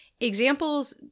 examples